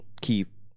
keep